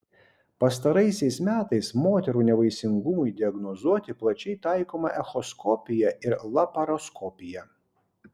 pastaraisiais metais moterų nevaisingumui diagnozuoti plačiai taikoma echoskopija ir laparoskopija